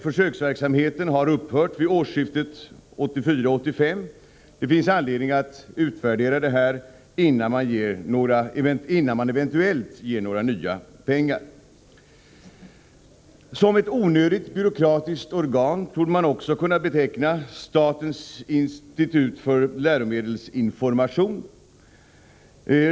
Försöksverksamheten har upphört vid årsskiftet 1984-1985. Det finns anledning att utvärdera den innan man eventuellt ger några nya pengar. Som ett onödigt, byråkratiskt organ torde man också kunna beteckna statens institut för läromedelsinformation.